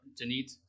Janet